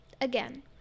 Again